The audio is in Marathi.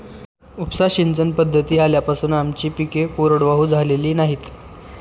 उपसा सिंचन पद्धती आल्यापासून आमची पिके कोरडवाहू झालेली नाहीत